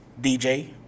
DJ